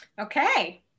okay